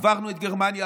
עברנו את גרמניה,